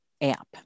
app